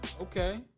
Okay